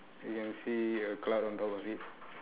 you can see a cloud on top of it